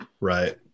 Right